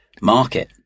market